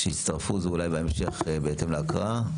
שיצטרפו זה אולי בהמשך, בהתאם להקראה.